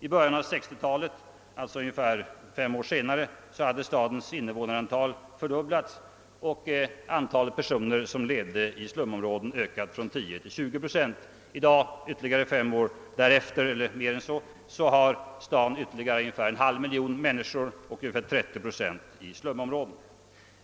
I början av 1960-talet, alltså ungefär fem år senare, hade stadens invånarantal fördubblats och antalet personer som levde i slumområden hade ökat från 10 procent till 20 procent. I dag, mer än fem år senare, har staden ungefär en halv miljon fler människor och ungefär 30 procent lever i slumområden.